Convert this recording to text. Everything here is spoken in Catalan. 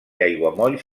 aiguamolls